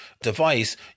device